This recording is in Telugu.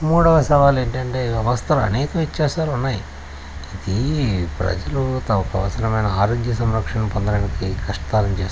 మూడవ సవాలు ఏంటంటే వ్యవస్థలో అనేక వ్యత్యాసాలు ఉన్నాయి ఇదీ ప్రజలు తమ కోసరమైన ఆరోగ్య సంరక్షణ పొందడానికి కష్టతరం చేస్తుంది